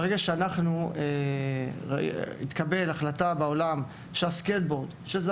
ברגע שהתקבלה החלטה בעולם שהסקטבורד שהיה